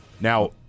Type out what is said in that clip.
Now